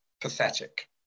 pathetic